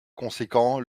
conséquent